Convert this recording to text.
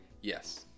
yes